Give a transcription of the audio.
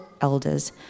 elders